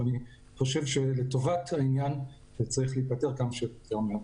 אבל אני חושב שלטובת העניין זה צריך להיפתר כמה שיותר מהר.